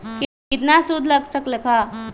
केतना सूद लग लक ह?